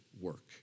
work